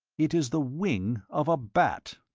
it is the wing of a bat.